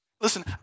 Listen